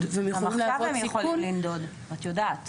לנדוד והם יכולים להוות סיכון --- גם עכשיו הם יכולים לנדוד את יודעת.